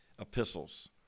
epistles